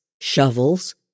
shovels